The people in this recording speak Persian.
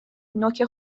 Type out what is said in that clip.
نوک